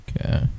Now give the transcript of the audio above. Okay